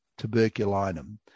tuberculinum